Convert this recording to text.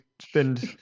spend